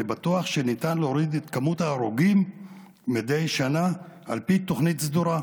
אני בטוח שניתן להוריד את כמות ההרוגים מדי שנה על פי תוכנית סדורה,